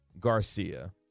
Garcia